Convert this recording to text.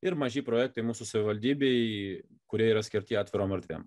ir maži projektai mūsų savivaldybėj kurie yra skirti atvirom erdvėm